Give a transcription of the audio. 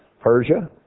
Persia